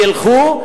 תלכו,